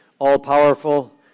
all-powerful